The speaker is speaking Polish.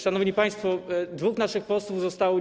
Szanowni państwo, dwóch naszych posłów zostało